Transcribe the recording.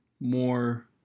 more